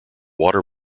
water